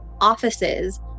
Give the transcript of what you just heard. offices